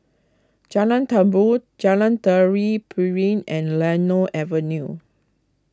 Jalan Tambur Jalan Tari Piring and Lennor Avenue